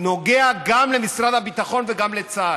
נוגע גם למשרד הביטחון וגם לצה"ל.